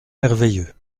merveilleux